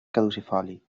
caducifoli